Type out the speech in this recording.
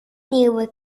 nieuwe